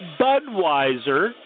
Budweiser